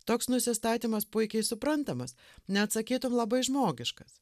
toks nusistatymas puikiai suprantamas net sakytum labai žmogiškas